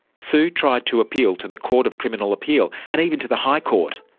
sue tried to appeal to the court of criminal appeal and even to the high court,